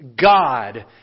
God